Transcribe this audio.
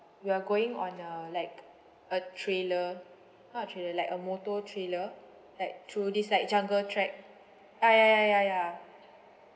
we are going on a like a trailer not a trailer like a motor trailer like through this like jungle track ya ya ya ya ya